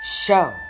Show